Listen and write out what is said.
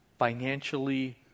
financially